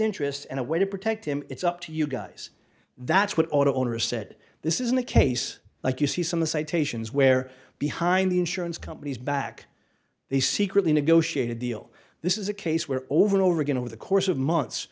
interest and a way to protect him it's up to you guys that's what auto owners said this isn't a case like you see some the citations where behind the insurance companies back they secretly negotiated deal this is a case where over and over again over the course of months